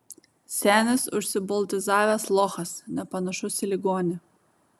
senis užsiboltizavęs lochas nepanašus į ligonį